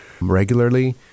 regularly